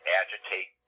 agitate